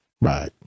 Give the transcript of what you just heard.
Right